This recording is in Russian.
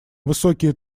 высокие